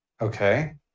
Okay